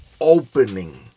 opening